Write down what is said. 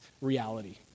reality